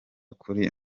kuri